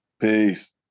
Peace